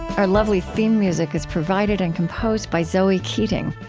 our lovely theme music is provided and composed by zoe keating.